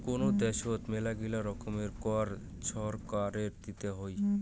কোন দ্যাশোতে মেলাগিলা রকমের কর ছরকারকে দিতে হই